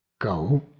Go